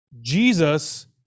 Jesus